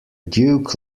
duke